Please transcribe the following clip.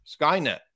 skynet